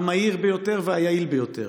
המהיר ביותר והיעיל ביותר.